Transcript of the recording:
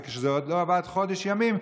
וכשזה עוד לא עבד חודש ימים,